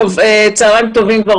צוהריים טובים.